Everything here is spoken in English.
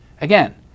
Again